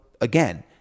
again